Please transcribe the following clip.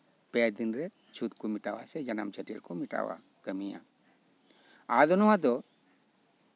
ᱯᱮ ᱫᱤᱱᱨᱮ ᱪᱷᱩᱸᱛ ᱠᱚ ᱢᱮᱴᱟᱣᱟ ᱥᱮ ᱡᱟᱱᱟᱢ ᱪᱷᱟᱹᱴᱭᱟᱹᱨ ᱠᱚ ᱠᱟᱹᱢᱤᱭᱟ ᱟᱫᱚ ᱱᱚᱣᱟ ᱫᱚ